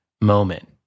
moment